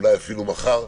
אולי אפילו מחר,